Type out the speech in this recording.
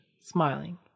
smiling